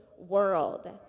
world